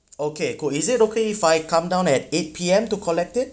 okay good is it okay if I come down at eight P_M to collect it